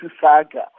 saga